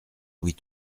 louis